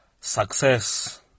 success